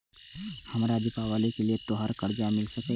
हमरा दिवाली के लिये त्योहार कर्जा मिल सकय?